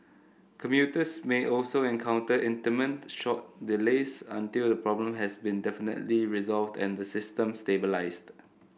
commuters may also encounter intermittent short delays until the problem has been definitively resolved and the system stabilised